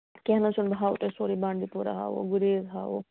کیٚنہہ نہ حظ چھُنہٕ بہٕ ہاوو تۄہہِ سورُے بانڈی پورا ہاوو گُریز ہاوو